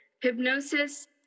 hypnosis